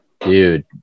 Dude